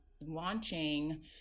launching